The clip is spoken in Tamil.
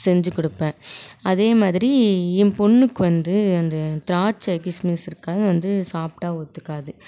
செஞ்சு கொடுப்பேன் அதே மாதிரி என் பொண்ணுக்கு வந்து அந்த திராட்சை கிஸ்மிஸ் இருக்கிறது அது வந்து சாப்பிட்டா ஒத்துக்காது